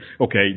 okay